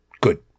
Good